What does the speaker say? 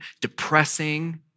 depressing